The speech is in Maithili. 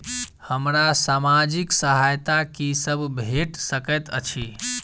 हमरा सामाजिक सहायता की सब भेट सकैत अछि?